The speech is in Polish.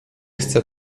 chce